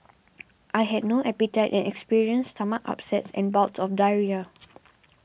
I had no appetite and experienced stomach upsets and bouts of diarrhoea